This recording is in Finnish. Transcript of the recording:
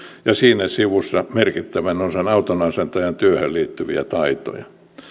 ja siinä sivussa merkittävän osan autonasentajan työhön liittyviä taitoja